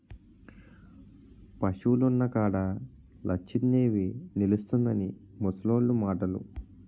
పశువులున్న కాడ లచ్చిందేవి నిలుసుంటుందని ముసలోళ్లు మాటలు